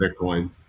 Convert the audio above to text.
Bitcoin